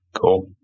Cool